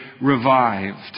revived